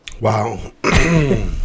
wow